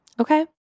Okay